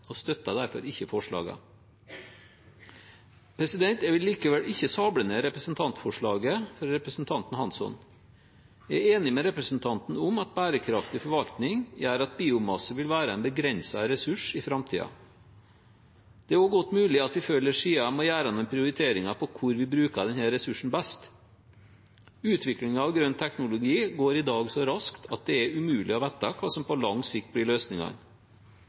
og støtter derfor ikke forslagene. Jeg vil likevel ikke sable ned representantforslaget fra representanten Hansson. Jeg er enig med representanten i at bærekraftig forvaltning gjør at biomasse vil være en begrenset ressurs i framtiden. Det er også godt mulig at vi før eller siden må gjøre noen prioriteringer når det gjelder hvordan vi bruker denne ressursen best. Utviklingen av grønn teknologi går i dag så raskt at det er umulig å vite hva som på lang sikt blir løsningene.